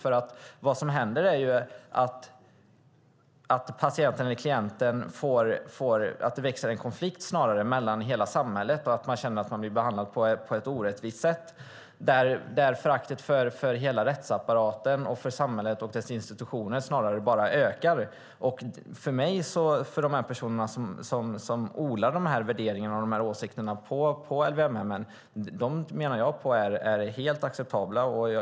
Det som händer är att det snarare byggs upp en konflikt mellan hela samhället och patienten eller klienten, som känner sig behandlad på ett orättvist sätt, och där föraktet för hela rättsapparaten och för samhället och dess institutioner snarare ökar. När det gäller de personer som odlar sådana värderingar och åsikter på LVM-hemmen anser jag att det är helt acceptabelt.